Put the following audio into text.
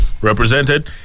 Represented